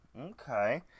okay